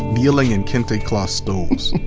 kneeling and kente cloth stoles,